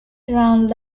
around